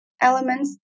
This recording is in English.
elements